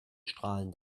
strahlend